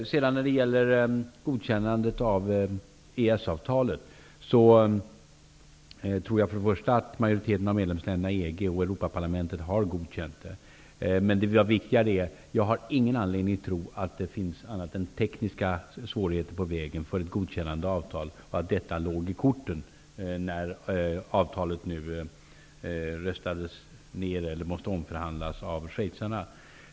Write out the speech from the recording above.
Sedan när det gäller godkännandet av EES-avtalet. Först och främst tror jag att en majoritet av medlemsländerna i EG och Europaparlamentet har godkänt det. Men det viktiga är att jag inte har någon anledning att tro att det finns annat än tekniska svårigheter på vägen för ett godkännande av avtalet. Detta låg i korten när avtalet måste omförhandlas av schweizarna.